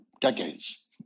decades